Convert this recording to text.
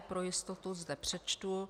Pro jistotu je zde přečtu.